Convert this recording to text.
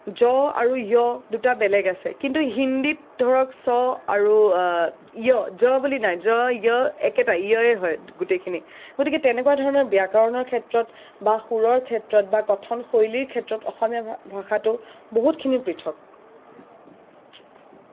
জ আৰু য় দুটা বেলেগ আছে কিন্তু হিন্দীত ধৰক ছ আৰু য় জ বুলি নাই জ য় একেটাই য় এ হয় গোটেইখিনি গতিকে তেনেকুৱাধৰণৰ ব্যাকৰণৰ ক্ষেত্ৰত বা সুৰৰ ক্ষেত্ৰত বা কথনশৈলীৰ ক্ষেত্ৰত অসমীয়া ভা ভাষাটো বহুতখিনি পৃথক